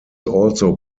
also